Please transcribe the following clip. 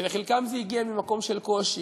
שלחלקם זה הגיע ממקום של קושי,